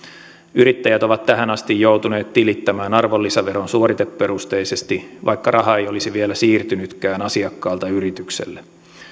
yrittäjät ovat tähän asti joutuneet tilittämään arvonlisäveron suoriteperusteisesti vaikka raha ei olisi vielä siirtynytkään asiakkaalta yritykselle